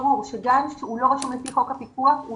גן שהוא לא רשום לפי חוק הפיקוח הוא